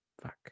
fuck